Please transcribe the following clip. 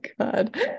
God